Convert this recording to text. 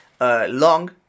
Long